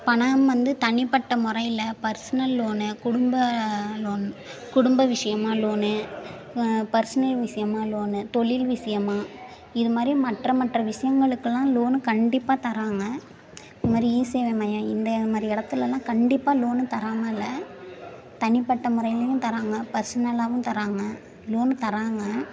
பணம் வந்து தனிப்பட்ட முறையில் பர்ஸ்னல் லோன் குடும்ப லோன் குடும்ப விஷயமாக லோன் பர்ஸ்னல் விஷயமாக லோன் தொழில் விஷயமாக இதுமாதிரி மற்ற மற்ற விஷயங்களுக்கெல்லாம் லோன் கண்டிப்பாக தர்றாங்க இதுமாதிரி இ சேவை மையம் இந்தமாதிரி இடத்துலலாம் கண்டிப்பாக லோன் தராமல் இல்லை தனிப்பட்ட முறையிலேயும் தராங்க பர்ஸ்னலாகவும் தராங்க லோன் தராங்க